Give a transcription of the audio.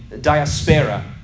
diaspora